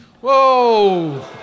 Whoa